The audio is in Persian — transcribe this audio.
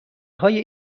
های